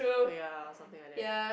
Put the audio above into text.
ya or something like that